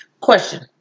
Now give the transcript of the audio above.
Question